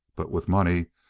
but with money,